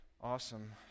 awesome